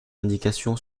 indication